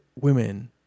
women